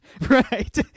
right